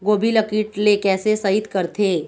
गोभी ल कीट ले कैसे सइत करथे?